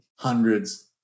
hundreds